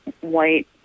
white